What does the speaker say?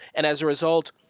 and as a result,